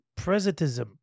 presentism